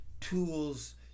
tools